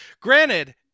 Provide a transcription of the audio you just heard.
Granted